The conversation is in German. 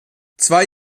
zwei